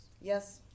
Yes